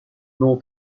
nom